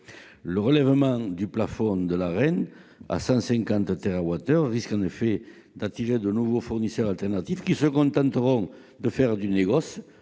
Le relèvement du plafond de volume de l'Arenh à 150 térawattheures risque en effet d'attirer de nouveaux fournisseurs alternatifs qui se contenteront de faire du négoce